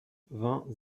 vingt